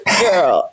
girl